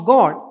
God